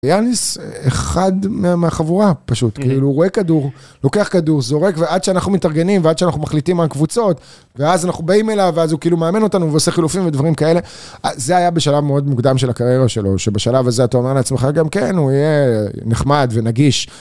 יאניס, אחד מהחבורה, פשוט, כאילו הוא רואה כדור, לוקח כדור, זורק, ועד שאנחנו מתארגנים, ועד שאנחנו מחליטים על קבוצות, ואז אנחנו באים אליו, ואז הוא כאילו מאמן אותנו, ועושה חילופים ודברים כאלה, זה היה בשלב מאוד מוקדם של הקריירה שלו, שבשלב הזה אתה אומר לעצמך, גם כן, הוא יהיה נחמד ונגיש.